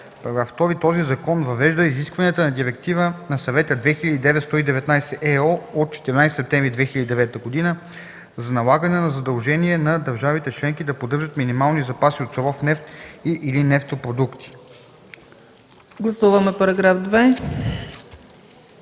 § 2: „§ 2. Този закон въвежда изискванията на Директива на Съвета 2009/119/ЕО от 14 септември 2009 г. за налагане на задължение на държавите членки да поддържат минимални запаси от суров нефт и/или нефтопродукти (ОВ, L 265/9 от